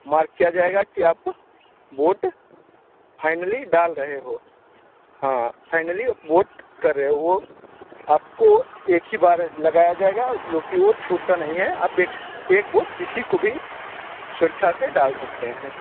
mark किया जाएगा कि आप बोट फाइनली डाल रहे हो हाँ फाइनली बोट कर रहे हो वह आपको एक ही बार लगाया जाएगा जो कि वह छूटता नहीं है आप एक बोट किसी को भी स्वेच्छा से डाल सकते हैं